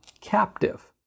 captive